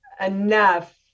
enough